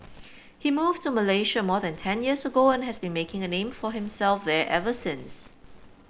he moved to Malaysia more than ten years ago and has been making a name for himself there ever since